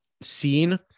seen